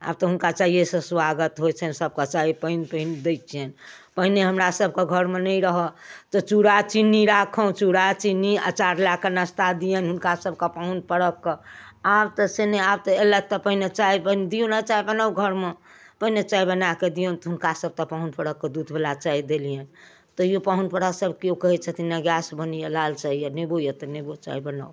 आब तऽ हुनका चायए सऽ स्वागत होइ छनि सबके चाहे पानि ताइन दै छियनि पहिने हमरा सबके घरमे नहि रहऽ तऽ चूरा चीन्नी राखी चूरा चीन्नी अचार लऽ कऽ नास्ता दियनि हुनका सबके पाहुन परखके आब तऽ से नहि आब तऽ अयलथि तऽ पहिने चाय पानि दियौन ऐ चाय बनाउ घरमे पहिने चाय बनाकऽ दियौन तऽ हुनका सबके पाहुन परखके दूध बला चाय देलियनि तइयो पाहुन परख सब केओ कहै छथिन नहि गैस बनैया लाल चाय यऽ नेबो यऽ तऽ नेबो चाय बनाउ